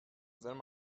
wenn